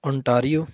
Ontario